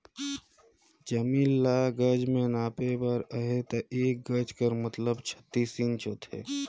जमीन ल गज में नापे बर अहे ता एक गज कर मतलब छत्तीस इंच होथे